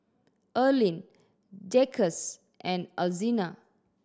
Erline Jacquez and Alzina